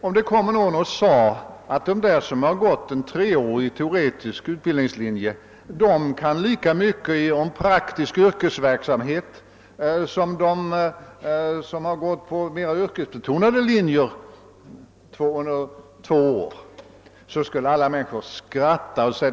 Om någon säger att de som gått en treårig teoretisk utbildningslinje kan lika mycket om praktisk yrkesverksamhet som de som har gått två år på mera yrkesbetonade linjer, så skulle alla människor skratta.